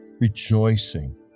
rejoicing